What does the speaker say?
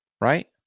Right